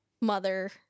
mother